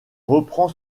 reprend